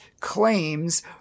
claims